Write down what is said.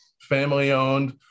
family-owned